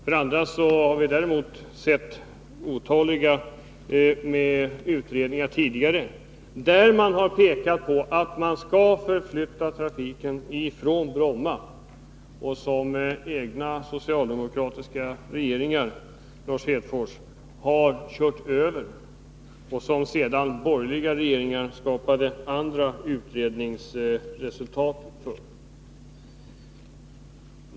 Vi har dessutom tidigare sett otaliga utredningar där man pekat på att trafiken skall flyttas från Bromma — utredningsförslag som socialdemokratiska regeringar har kört över. Därefter har borgerliga regeringar skapat andra utredningsresultat.